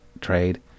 trade